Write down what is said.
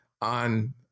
on